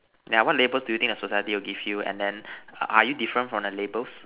yeah what labels do you think society will give you and then are you different from the labels